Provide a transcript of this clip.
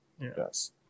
Yes